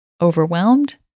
Overwhelmed